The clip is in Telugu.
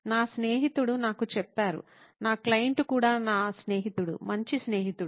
నా స్నేహితుడు నాకు చెప్పారు నా క్లయింట్ కూడా నా స్నేహితుడు మంచి స్నేహితుడు